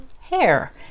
hair